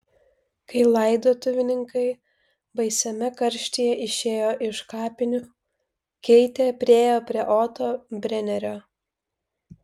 kai laidotuvininkai baisiame karštyje išėjo iš kapinių keitė priėjo prie oto brenerio